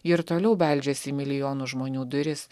ji ir toliau beldžiasi į milijonų žmonių duris